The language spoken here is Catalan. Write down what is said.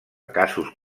casos